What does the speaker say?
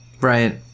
Right